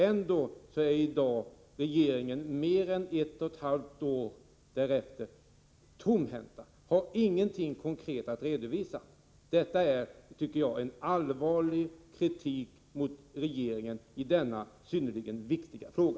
Ändå är regeringen i dag, mer än ett och ett halvt år senare, tomhänt och har ingenting konkret att redovisa. Detta är, tycker jag, en allvarlig kritik mot regeringen när det gäller denna synnerligen viktiga fråga.